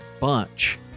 bunch